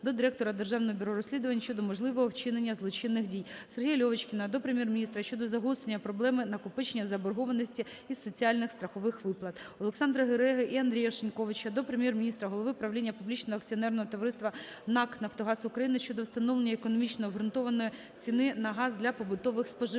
до директора Державного бюро розслідувань щодо можливого вчинення злочинних дій. Сергія Льовочкіна до Прем'єр-міністра щодо загострення проблеми накопичення заборгованості із соціальних страхових виплат. Олександра Гереги і Андрія Шиньковича до Прем'єр-міністра, Голови правління публічного акціонерного товариства НАК "Нафтогаз України" щодо встановлення економічно обґрунтованої ціни на газ для побутових споживачів.